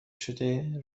شده